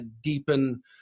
deepen